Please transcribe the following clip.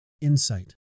insight